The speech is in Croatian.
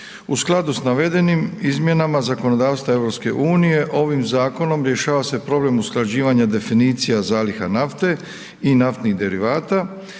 U skladu sa navedenim izmjenama zakonodavstva EU ovim zakonom rješava se problem usklađivanja definicija zaliha nafte i naftnih derivata